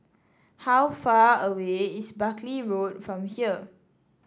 how far away is Buckley Road from here